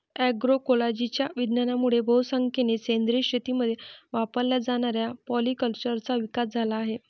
अग्रोइकोलॉजीच्या विज्ञानामुळे बहुसंख्येने सेंद्रिय शेतीमध्ये वापरल्या जाणाऱ्या पॉलीकल्चरचा विकास झाला आहे